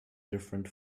different